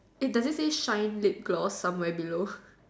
eh does it say shine lip gloss somewhere below